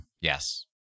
yes